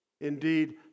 Indeed